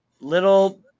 little